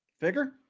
Figure